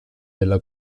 della